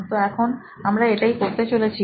তো এখন আমরা এটাই করতে চলেছি